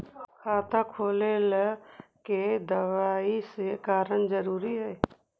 खाता खोले ला के दवाई सी करना जरूरी है?